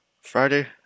Friday